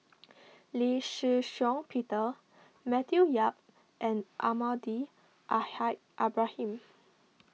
Lee Shih Shiong Peter Matthew Yap and Almahdi Al Haj Ibrahim